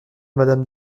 madame